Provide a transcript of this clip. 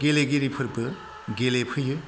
गेलेगिरिफोरबो गेलेफैयो